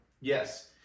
Yes